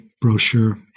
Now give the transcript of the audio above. brochure